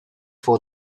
for